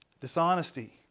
dishonesty